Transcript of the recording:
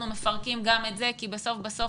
את הבן